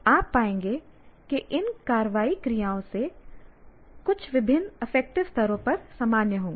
आप पाएंगे कि इन कार्रवाई क्रियाओं में से कुछ विभिन्न अफेक्टिव स्तरों पर सामान्य होंगी